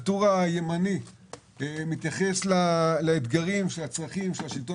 הטור הימני מתייחס לאתגרים והצרכים של השלטון